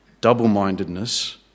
double-mindedness